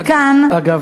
אגב,